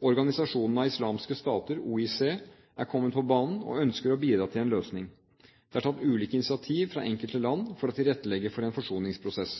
Organisasjonen av islamske stater, OIC, er kommet på banen og ønsker å bidra til en løsning. Det er tatt ulike initiativ fra enkelte land for å tilrettelegge for en forsoningsprosess.